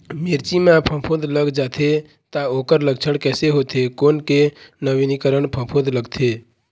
मिर्ची मा फफूंद लग जाथे ता ओकर लक्षण कैसे होथे, कोन के नवीनीकरण फफूंद लगथे?